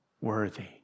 worthy